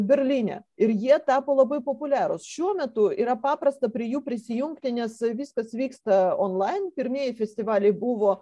berlyne ir jie tapo labai populiarūs šiuo metu yra paprasta prie jų prisijungti nes viskas vyksta onlain pirmieji festivaliai buvo